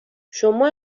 شما